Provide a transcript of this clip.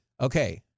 Okay